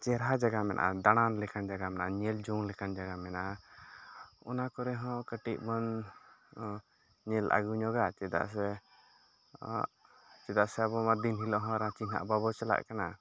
ᱪᱮᱨᱦᱟ ᱡᱟᱜᱟ ᱢᱮᱱᱟᱜᱼᱟ ᱫᱟᱬᱟᱱ ᱞᱮᱠᱟᱱ ᱡᱟᱜᱟ ᱢᱮᱱᱟᱜᱼᱟ ᱧᱮᱞ ᱡᱚᱝ ᱞᱮᱠᱟᱱ ᱡᱟᱜᱟ ᱢᱮᱱᱟᱜᱼᱟ ᱚᱱᱟ ᱠᱚᱨᱮ ᱦᱚᱸ ᱠᱟᱹᱴᱤᱡ ᱵᱚᱱ ᱧᱮᱞ ᱟᱹᱜᱩ ᱧᱚᱜᱟ ᱪᱮᱫᱟᱜ ᱥᱮ ᱪᱮᱫᱟᱜ ᱥᱮ ᱟᱵᱚ ᱢᱟ ᱫᱤᱱ ᱦᱤᱞᱳᱜ ᱦᱚᱸ ᱨᱟᱸᱪᱤ ᱦᱟᱸᱜ ᱵᱟᱵᱚ ᱪᱟᱞᱟᱜ ᱠᱟᱱᱟ